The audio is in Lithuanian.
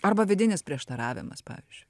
arba vidinis prieštaravimas pavyzdžiui